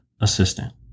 assistant